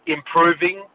Improving